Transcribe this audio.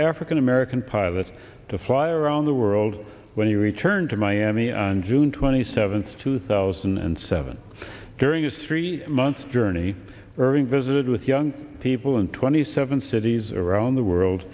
african american pilot to fly around the world when he returned to miami on june twenty seventh two thousand and seven during his three month journey irving visited with young people in twenty seven cities around the world